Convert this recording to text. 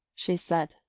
she said,